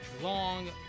long